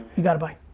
you got it, bye.